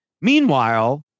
Meanwhile